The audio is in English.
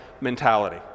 mentality